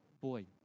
boy